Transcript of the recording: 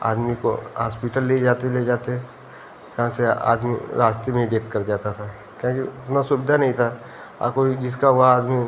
आदमी को हास्पिटल ले जाते ले जाते कहाँ से आदमी रास्ते में ही देख कर जाता था काहे कि उतना सुविधा नही था कोई जिसका वह आदमी